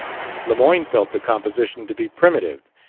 lemoyne felt the composition to be primitive,